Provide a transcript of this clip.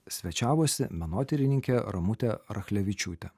svečiavosi menotyrininkė ramutė rachlevičiūtė